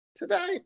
Today